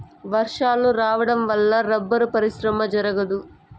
వర్షాలు రావడం వల్ల రబ్బరు పరిశ్రమ జరగదు